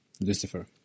Lucifer